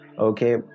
Okay